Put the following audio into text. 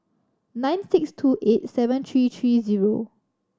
nine six two eight seven three three zero